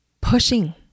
pushing